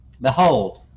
Behold